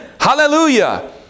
Hallelujah